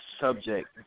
subject